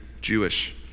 Jewish